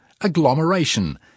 agglomeration